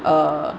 uh